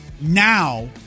now